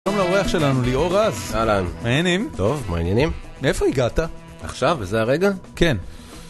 שלום לאורח שלנו, ליאור רז. אהלן. מה עניינים? טוב, מה עניינים. מאיפה הגעת? עכשיו, בזה הרגע? כן.